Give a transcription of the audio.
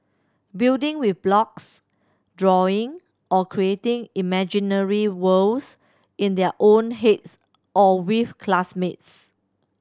building with blocks drawing or creating imaginary worlds in their own heads or with classmates